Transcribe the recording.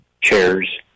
chairs